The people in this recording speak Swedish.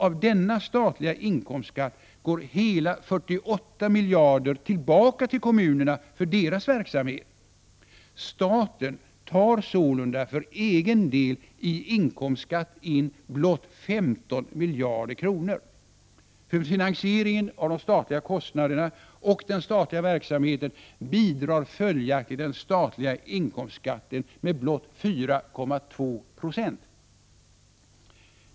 Av denna statliga inkomstskatt går hela 48 miljarder tillbaka till kommunerna för deras verksamhet. Staten tar sålunda för egen del i inkomstskatt in blott 15 miljarder kronor. För finansieringen av de statliga kostnaderna och den statliga verksamheten bidrar följaktligen den statliga inkomstskatten med blott 4,2 90.